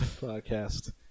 podcast